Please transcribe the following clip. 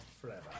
forever